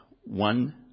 one